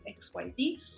xyz